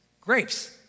Grapes